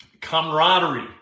camaraderie